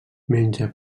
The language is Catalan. menja